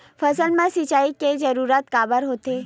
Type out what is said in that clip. फसल मा सिंचाई के जरूरत काबर होथे?